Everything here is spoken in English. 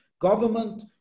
government